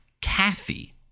Kathy